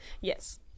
Yes